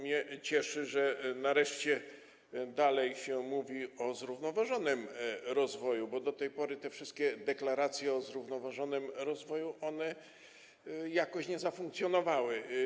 Mnie cieszy, że nareszcie dalej mówi się o zrównoważonym rozwoju, bo do tej pory te wszystkie deklaracje o zrównoważonym rozwoju jakoś nie zafunkcjonowały.